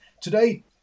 Today